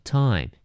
time